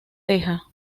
teja